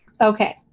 Okay